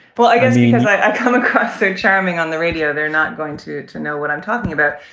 well, i guess i come across are charming on the radio. they're not going to to know what i'm talking about.